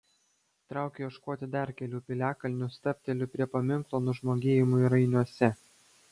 traukiu ieškoti dar kelių piliakalnių stabteliu prie paminklo nužmogėjimui rainiuose